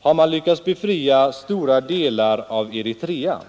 har man lyckats befria stora delar av Eritrea.